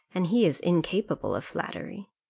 and he is incapable of flattery.